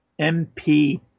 MP